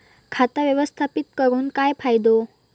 खाता व्यवस्थापित करून काय फायदो?